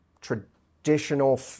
traditional